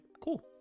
cool